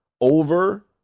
over